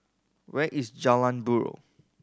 where is Jalan Buroh